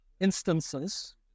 instances